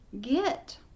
get